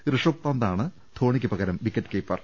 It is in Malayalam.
ഋഷഭ് പന്താണ് ധോണിക്ക് പകരം വിക്കറ്റ് കീപ്പർ